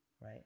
right